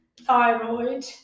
thyroid